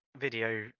video